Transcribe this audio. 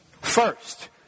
first